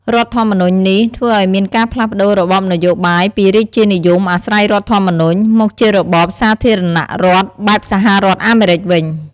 រដ្ឋធម្មនុញ្ញនេះ ធ្វើឲ្យមានការផ្លាស់ប្តូររបបនយោបាយពីរាជានិយមអាស្រ័យរដ្ឋធម្មនុញ្ញ មកជារបបសាធារណរដ្ឋ បែបសហរដ្ឋអាមេរិកវិញ។